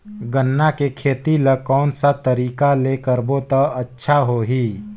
गन्ना के खेती ला कोन सा तरीका ले करबो त अच्छा होही?